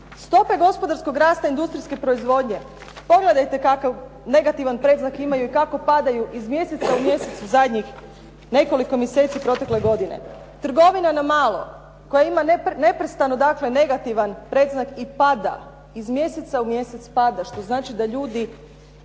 Stope gospodarskog rasta industrijske proizvodnje, pogledajte kakav negativan predznak imaju i kako padaju iz mjeseca u mjesec u zadnjih nekoliko mjeseci protekle godine. Trgovina na malo koja ima neprestano dakle negativan predznak i pada, iz mjeseca u mjesec pada, što znači da ljudi